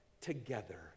together